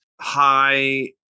high